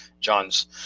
John's